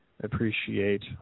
appreciate